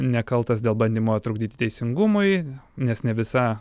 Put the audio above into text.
nekaltas dėl bandymo trukdyti teisingumui nes ne visa